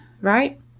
right